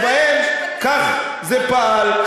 שלגביהם כך זה פעל.